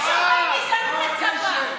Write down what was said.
מי לא עשה צבא?